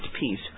peace